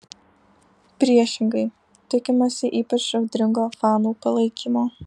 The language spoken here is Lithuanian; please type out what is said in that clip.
priešingai tikimasi ypač audringo fanų palaikymo